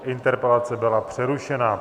Interpelace byla přerušena.